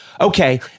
Okay